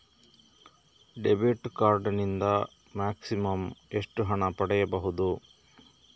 Debit card ನಿಂದ maximum ಎಷ್ಟು ಹಣ ಪಡೆಯಬಹುದು?